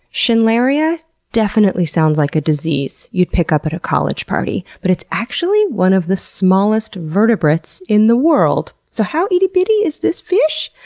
schindleria definitely sounds like a disease you'd pick up at a college party, but it's actually one of the smallest vertebrates in the world. so how itty bitty is this fish?